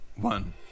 one